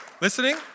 Listening